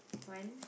one